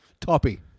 Toppy